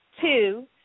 Two